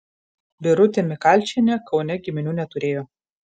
birutė mikalčienė kaune giminių neturėjo